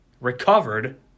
recovered